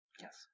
Yes